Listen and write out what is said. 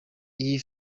iyi